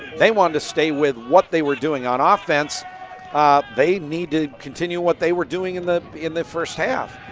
they want to stay with what they were doing on ah offense ah they need to continue what they were doing in the in the first half.